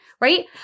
right